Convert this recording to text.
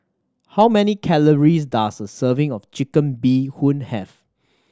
how many calories does a serving of Chicken Bee Hoon have